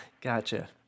Gotcha